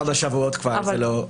כמה שבועות זה כבר לא מנפיק.